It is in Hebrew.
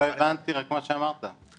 לא הבנתי מה שאמרת,